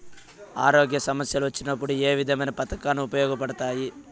ఆరోగ్య సమస్యలు వచ్చినప్పుడు ఏ విధమైన పథకాలు ఉపయోగపడతాయి